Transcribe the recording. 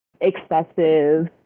excessive